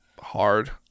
hard